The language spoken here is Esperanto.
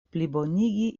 plibonigi